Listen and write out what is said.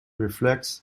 reflects